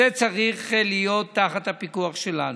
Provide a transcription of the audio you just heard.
זה צריך להיות תחת הפיקוח שלנו.